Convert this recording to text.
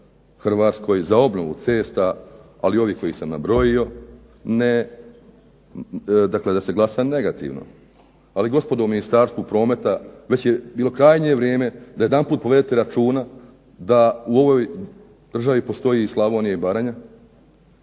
Hrvatskoj za obnovu cesta, ali ovih koje sam nabrojio, da se glasa negativno. Ali gospodo u Ministarstvu prometa već je bilo krajnje vrijeme da jedanput povedete računa da u ovoj državi postoji i Slavonija i Baranja